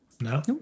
No